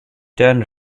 turn